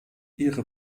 ihre